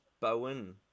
Bowen